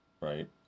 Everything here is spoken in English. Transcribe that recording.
right